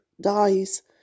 dies